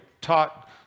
taught